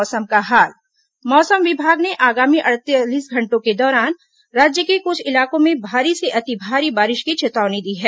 मौसम मौसम विभाग ने आगामी अड़तालीस घंटों के दौरान राज्य के कुछ इलाकों में भारी से अति भारी बारिश की चेतावनी दी है